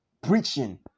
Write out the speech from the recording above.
preaching